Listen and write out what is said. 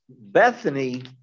Bethany